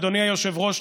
אדוני היושב-ראש,